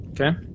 Okay